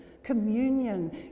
communion